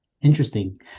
Interesting